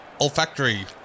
olfactory